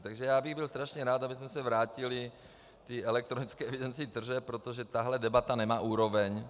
Takže bych byl strašně rád, abychom se vrátili k elektronické evidenci tržeb, protože tahle debata nemá úroveň.